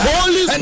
Holy